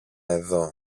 εδώ